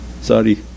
Sorry